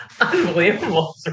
Unbelievable